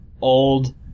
old